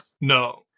no